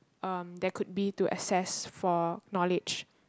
um there could be to assess for knowledge